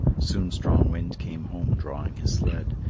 soon strong wind came home drawing his sled.